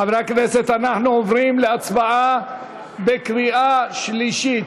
חברי הכנסת, אנחנו עוברים להצבעה בקריאה שלישית.